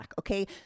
okay